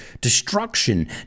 destruction